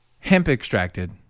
Hemp-extracted